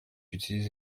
utilise